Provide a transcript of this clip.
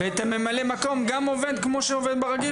גם לגבי ממלא המקום זה עובד כמו שעובד ברגיל?